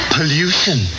Pollution